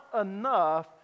enough